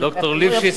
ד"ר ליפשיץ,